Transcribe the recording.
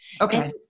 Okay